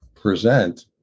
present